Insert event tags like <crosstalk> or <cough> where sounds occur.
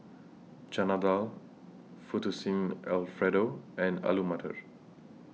Chana Dal <noise> Fettuccine Alfredo and Alu Matar